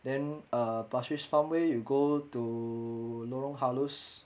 then um pasir ris farm way you go to lorong halus